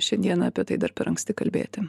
šiandien apie tai dar per anksti kalbėti